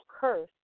curse